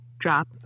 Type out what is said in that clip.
Drop